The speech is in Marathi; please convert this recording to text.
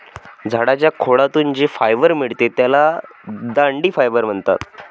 झाडाच्या खोडातून जे फायबर मिळते त्याला दांडी फायबर म्हणतात